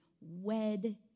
wed